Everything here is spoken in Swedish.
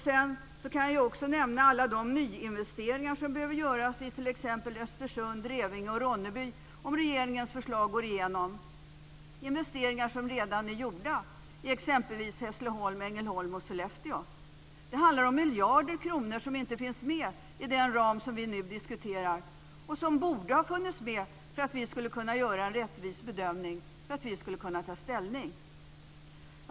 Sedan kan jag också nämna alla de nyinvesteringar som behöver göras i t.ex. Östersund, Revinge och Ronneby om regeringens förslag går igenom - investeringar som redan är gjorda i t.ex. Hässleholm, Ängelholm och Sollefteå. Det handlar om miljarder kronor som inte finns med i den ram som vi nu diskuterar och som borde ha funnits med för av vi skulle kunna göra en rättvis bedömning och för att vi skulle kunna ta ställning.